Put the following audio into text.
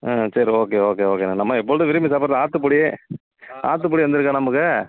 ஆ சரி okay okay ஓகேங்க நம்ம எப்பொழுதும் விரும்பி சாப்பிட்றது ஆற்றுப்பொடி ஆற்றுப்பொடி வந்திருக்கா நமக்கு